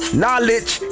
knowledge